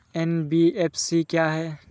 NBFC क्या है?